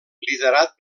liderat